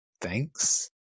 Thanks